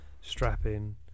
strapping